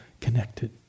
connected